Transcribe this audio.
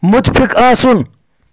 مُتفِِق آسُن